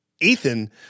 Ethan